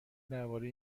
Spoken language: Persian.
درباره